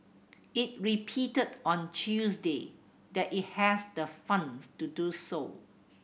it repeated on Tuesday that it has the funds to do so